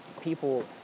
people